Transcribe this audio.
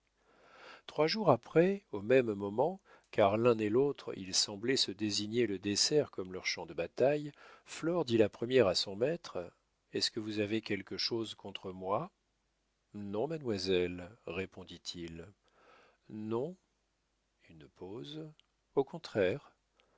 trois jours après au même moment car l'un et l'autre ils semblaient se désigner le dessert comme le champ de bataille flore dit la première à son maître est-ce que vous avez quelque chose contre moi non mademoiselle répondit-il non une pause au contraire